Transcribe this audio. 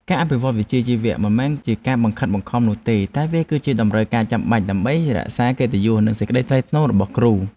ការអភិវឌ្ឍវិជ្ជាជីវៈមិនមែនជាការបង្ខិតបង្ខំនោះទេតែវាគឺជាតម្រូវការចាំបាច់ដើម្បីរក្សាកិត្តិយសនិងសេចក្តីថ្លៃថ្នូររបស់គ្រូ។